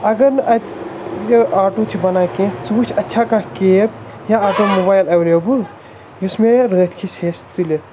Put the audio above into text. اگر نہٕ اَتہِ یہِ آٹوٗ چھِ بَنان کیٚنٛہہ ژٕ وُچھ اَتہِ چھا کانٛہہ کیب یا آٹوٗ موبایل ایٚویلیبُل یُس مےٚ یہِ رٲتۍ کِژھ ہیٚکہِ تُلِتھ